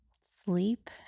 Sleep